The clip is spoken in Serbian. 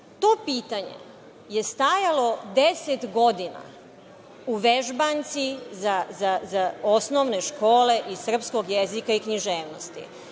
pitanje je stajalo 10 godina u vežbanci za osnovne škole iz Srpskog jezika i književnosti.